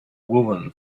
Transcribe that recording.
woman